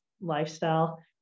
lifestyle